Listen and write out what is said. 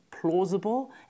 plausible